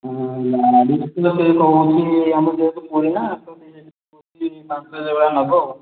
ଦେଖିବା କ'ଣ ହଉଛି ପାଞ୍ଚ ହଜାର ନବ ଆଉ